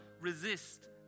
resist